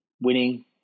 winning